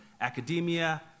academia